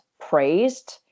praised